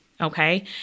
Okay